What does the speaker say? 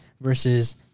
versus